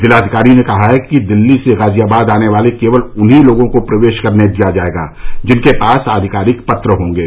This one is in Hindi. जिलाधिकारी ने कहा है कि दिल्ली से गाजियाबाद आने वाले केवल उन्हीं लोगों को प्रवेश करने दिया जाएगा जिनके पास आधिकारिक पत्र होंगे